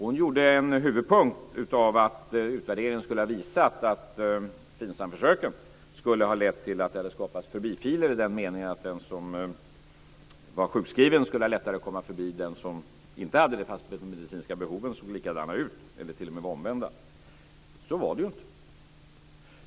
Hon gjorde en huvudpunkt av att utvärderingen skulle ha visat att FIN SAM-försöken skulle ha lett till att det hade skapats förbifiler i den meningen att den som var sjukskriven skulle ha lättare att komma förbi den som inte var det, trots att de medicinska behoven såg likadana ut eller t.o.m. var omvända. Så var det ju inte.